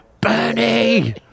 Bernie